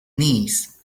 knees